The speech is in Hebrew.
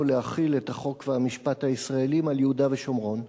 להחיל את החוק והמשפט הישראליים על יהודה ושומרון,